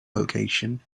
location